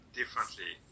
differently